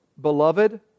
beloved